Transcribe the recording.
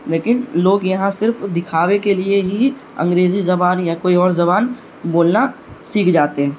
لیکن لوگ یہاں صرف دکھاوے کے لیے ہی انگریزی زبان یا کوئی اور زبان بولنا سیکھ جاتے ہیں